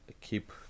keep